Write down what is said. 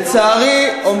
לצערי, אם